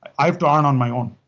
i have to earn on my own.